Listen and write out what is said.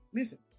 Listen